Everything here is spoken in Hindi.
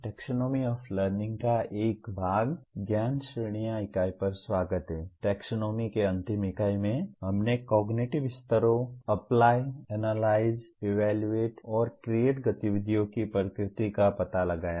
टेक्सोनोमी के अंतिम इकाई में हमने कॉगनिटिव स्तरों अप्लाई एनालाइज इवैल्यूएट और क्रिएट गतिविधियों की प्रकृति का पता लगाया